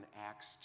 Acts